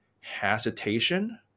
hesitation